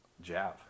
jab